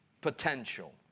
potential